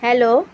hello